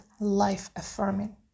life-affirming